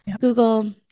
Google